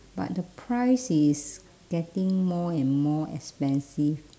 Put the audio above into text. but the price is getting more and more expansive